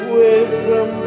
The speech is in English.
wisdom